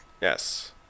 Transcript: Yes